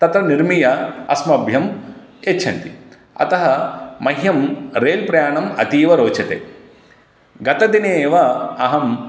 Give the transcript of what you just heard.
तत्र निर्मीय अस्मभ्यं यच्छन्ति अतः मह्यं रेल्प्रयाणम् अतीव रोचते गतदिने एव अहं